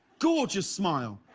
gorgeous smile.